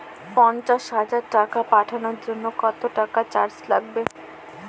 পণ্চাশ হাজার টাকা পাঠানোর জন্য কত টাকা চার্জ লাগবে?